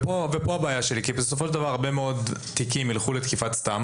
כאן הבעיה שלי כי בסופו של דבר הרבה מאוד תיקים ילכו לתקיפת סתם